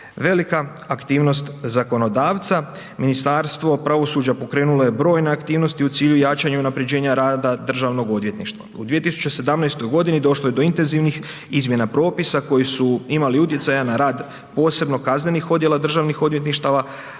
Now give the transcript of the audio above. velika aktivnost zakonodavca. Ministarstvo pravosuđa pokrenulo je brojne aktivnosti u cilju jačanja i unapređenja rada državnog odvjetništva. U 2017. godini došlo je do intenzivnih izmjena propisa koji su imali utjecaja na rad posebno kaznenih odjela državnih odvjetništava,